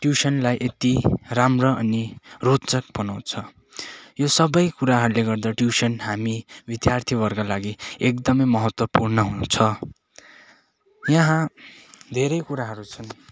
ट्युसनलाई एति राम्रो अनि रोचक बनाउँछ यो सबै कुराहरले गर्दा ट्युसन हामी विद्यार्थीहरूका लागि एकदमै महत्वपुर्ण हुन्छ यहाँ धेरै कुराहरू छन्